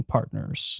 Partners